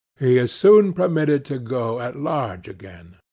he is soon permitted to go at large again.